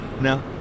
No